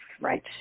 Right